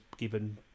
given